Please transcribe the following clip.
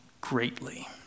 greatly